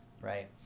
right